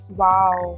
wow